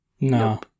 No